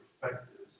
perspectives